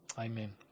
Amen